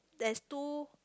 there's two